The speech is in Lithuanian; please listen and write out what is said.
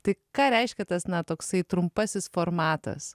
tai ką reiškia tas na toksai trumpasis formatas